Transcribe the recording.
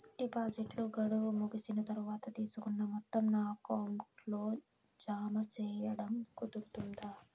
డిపాజిట్లు గడువు ముగిసిన తర్వాత, తీసుకున్న మొత్తం నా అకౌంట్ లో జామ సేయడం కుదురుతుందా?